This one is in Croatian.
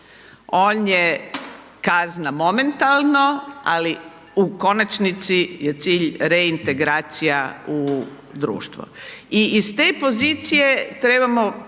on je kazna momentalno ali u konačnici je cilj reintegracija u društvo. I iz te pozicije trebamo